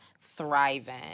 thriving